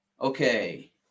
Okay